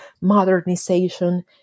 modernization